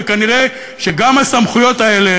וכנראה גם הסמכויות האלה,